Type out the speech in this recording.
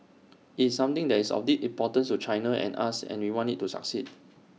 IT is something that is of deep importance to China and us and we want IT to succeed